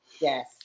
Yes